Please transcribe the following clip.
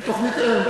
לעשות תוכנית-אם.